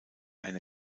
eine